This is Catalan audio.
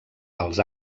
als